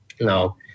Now